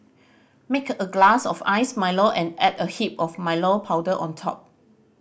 make a glass of iced Milo and add a heap of Milo powder on top